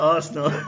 Arsenal